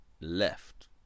left